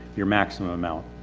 your maximum amount.